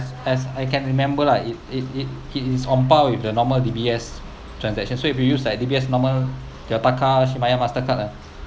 as I can remember lah it it it it's on par with the normal D_B_S transaction so if you use like D_B_S normal your Takashimaya Mastercard ah